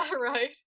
Right